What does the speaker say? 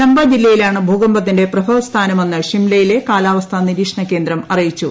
ചമ്പ ജില്ലയിലാണ് ഭൂകമ്പത്തിന്റെ പ്രഭവ സ്ഥാനമെന്ന് ഷ്ടിംലയിലെ കാലാവസ്ഥാ നിരീക്ഷണകേന്ദ്രം അറിയിച്ചു